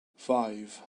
five